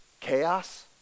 chaos